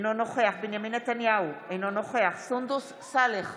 אינו נוכח בנימין נתניהו, אינו נוכח סונדוס סאלח,